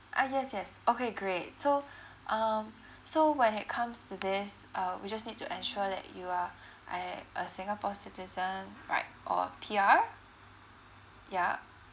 ah yes yes okay great so um so when it comes to this uh we just need to ensure that you are a a singapore citizen right or P_R yeah